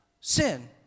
Sin